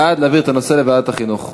בעד, להעביר את הנושא לוועדת החינוך.